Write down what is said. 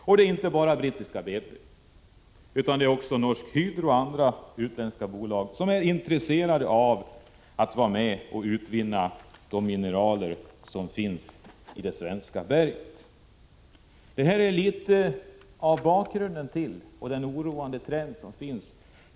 Det gäller inte bara brittiska BP, utan också Norsk Hydro och andra utländska bolag som är intresserade av att vara med och utvinna de mineraler som finns i det svenska berget. Detta var något av bakgrunden till den oroande trend som finns.